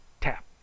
tap